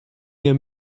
dinge